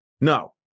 No